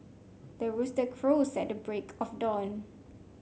the rooster crows at the break of dawn